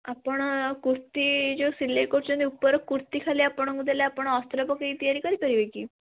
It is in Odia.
ଆପଣ କୁର୍ତ୍ତି ଯେଉଁ ସିଲାଇ କରୁଛନ୍ତି ଉପର କୁର୍ତ୍ତି ଖାଲି ଆପଣଙ୍କୁ ଦେଲେ ଆପଣ ଅସ୍ତ୍ର ପକାଇ ତିଆରି କରି ପାରିବେ କି